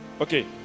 Okay